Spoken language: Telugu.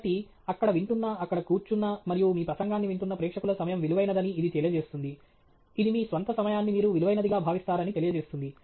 కాబట్టి అక్కడ వింటున్న అక్కడ కూర్చున్న మరియు మీ ప్రసంగాన్ని వింటున్న ప్రేక్షకుల సమయం విలువైనదని ఇది తెలియజేస్తుంది ఇది మీ స్వంత సమయాన్ని మీరు విలువైనదిగా భావిస్తారని తెలియజేస్తుంది